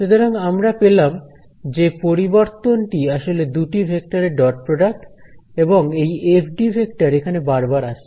সুতরাং আমরা পেলাম যে পরিবর্তনটি আসলে দুটি ভেক্টরের ডট প্রডাক্ট এবং এই এফডি ভেক্টর এখানে বারবার আসছে